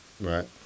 Right